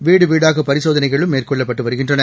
வீடு வீடாக பரிசோதனைகளும் மேற்கொள்ளப்பட்டு வருகின்றன